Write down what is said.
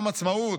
יום העצמאות,